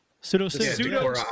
pseudo